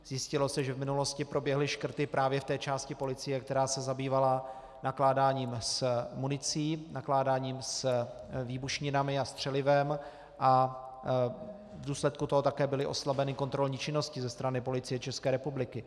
Zjistilo se, že v minulosti proběhly škrty právě v té části policie, která se zabývala nakládáním s municí, nakládáním s výbušninami a střelivem a v důsledku toho také byly oslabeny kontrolní činnosti ze strany Policie České republiky.